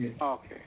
Okay